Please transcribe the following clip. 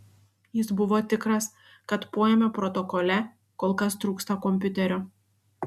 jis buvo tikras kad poėmio protokole kol kas trūksta kompiuterio